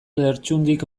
lertxundik